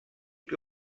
que